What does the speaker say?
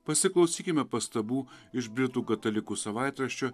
pasiklausykime pastabų iš britų katalikų savaitraščio